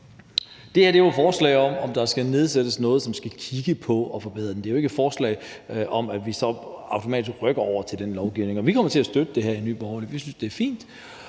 Det her er jo et forslag om at nedsætte en kommission, som skal kigge på at forbedre noget, men det er jo ikke et forslag om, at vi så automatisk skal rykke over til den lovgivning. Vi kommer til at støtte det her i Nye Borgerlige. Vi synes, det er fint